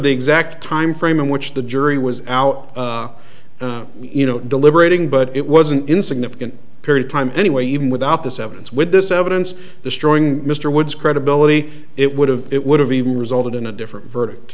the exact time frame in which the jury was out you know deliberating but it wasn't in significant period of time anyway even without this evidence with this evidence destroying mr wood's credibility it would have it would have even resulted in a different verdict